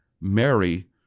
Mary